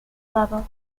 level